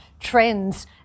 trends